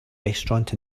restaurant